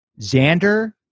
Xander